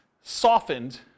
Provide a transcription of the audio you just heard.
softened